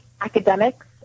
academics